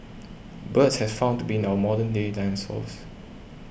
birds has found to be our modern day dinosaurs